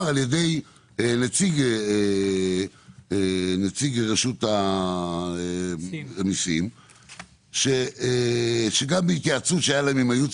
על ידי נציג רשות המסים שצריך לפעול לכיוון